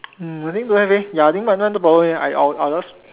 hmm I think don't have leh ya I think my one no problem leh I I I just